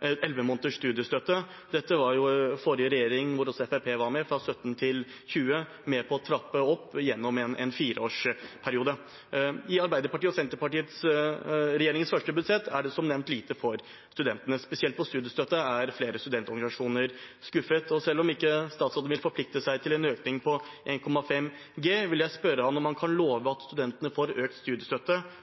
elleve måneders studiestøtte. Dette var forrige regjering – hvor også Fremskrittspartiet var med, fra 2017 til 2020 – med på å trappe opp gjennom en fireårsperiode. I Arbeiderparti–Senterparti-regjeringens første budsjett er det som nevnt lite for studentene. Spesielt når det gjelder studiestøtte, er flere studentorganisasjoner skuffet. Selv om statsråden ikke vil forplikte seg til en økning til 1,5 G, vil jeg spørre ham om han kan love at studentene får økt studiestøtte